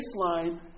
baseline